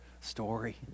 story